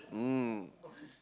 mm